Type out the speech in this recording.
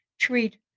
treat